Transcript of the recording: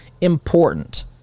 important